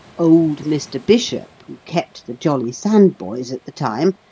old mr. bishop, who kept the jolly sand boys at the time,